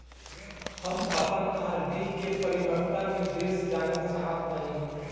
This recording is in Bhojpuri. हम आपन आर.डी के परिपक्वता निर्देश जानल चाहत बानी